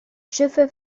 schiffe